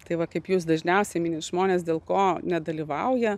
tai va kaip jūs dažniausiai mini žmonės dėl ko nedalyvauja